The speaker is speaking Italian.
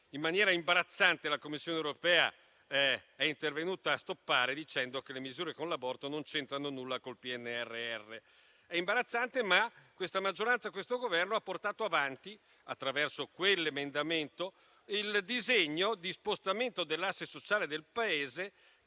in maniera imbarazzante la Commissione europea è intervenuta a stoppare, dicendo che le misure relative all'aborto non c'entrano nulla col PNRR. È imbarazzante, ma questa maggioranza e questo Governo hanno portato avanti, attraverso quell'emendamento, il disegno di spostamento dell'asse sociale del Paese,